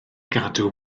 gadw